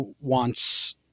wants